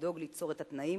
לדאוג ליצור את התנאים